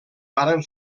varen